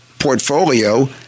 portfolio